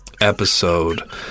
episode